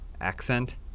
accent